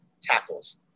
tackles